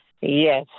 Yes